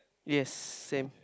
yes same